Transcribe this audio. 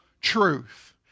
truth